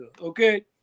okay